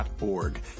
org